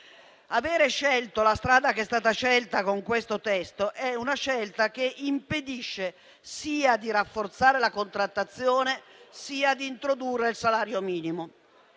Avere optato per la strada che è stata scelta con questo testo impedisce sia di rafforzare la contrattazione sia di introdurre il salario minimo.